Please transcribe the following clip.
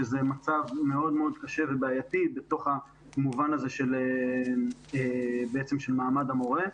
שזה מצב מאוד מאוד קשה ובעייתי במובן הזה של מעמד המורה.